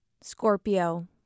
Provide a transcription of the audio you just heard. Scorpio